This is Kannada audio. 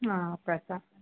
ಹಾಂ ಓಕೆ ಸರ್